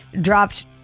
dropped